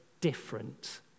different